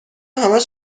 همش